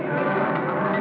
you know